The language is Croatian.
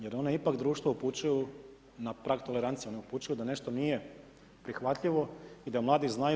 Jer one ipak društvo upućuju na prag tolerancije, one upućuju da nešto nije prihvatljivo i da mladi znaju.